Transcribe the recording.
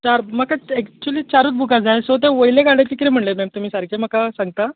चार म्हाका एक्चुली चारूच बुकां जाय सो ते वयले गाडयेचे कितें म्हणले मॅम तुमी सारकें म्हाका सांगता